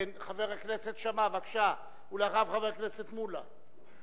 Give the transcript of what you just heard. חבר הכנסת שאמה, בבקשה, ואחריו, חבר הכנסת מולה,